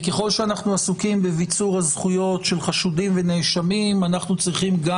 וככל שאנו עסוקים בביצור הזכויות שלהם אנו צריכים גם